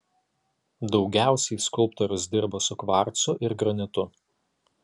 daugiausiai skulptorius dirba su kvarcu ir granitu